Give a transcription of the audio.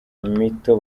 mito